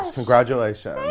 ah congratulations.